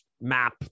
map